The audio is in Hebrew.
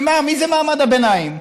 מה זה מעמד הביניים?